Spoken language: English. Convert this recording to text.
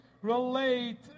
Relate